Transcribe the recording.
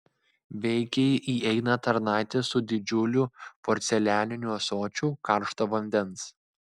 veikiai įeina tarnaitė su didžiuliu porcelianiniu ąsočiu karšto vandens